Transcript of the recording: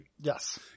Yes